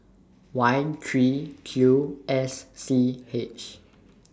Y three Q S C H